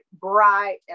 bright